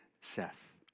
seth